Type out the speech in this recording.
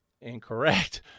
Incorrect